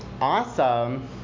Awesome